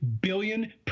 billion